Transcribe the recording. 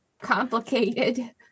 complicated